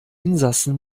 insassen